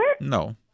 No